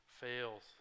fails